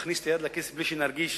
תכניס את היד לכיס בלי שנרגיש